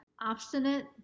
obstinate